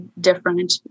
different